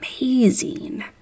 amazing